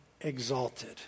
exalted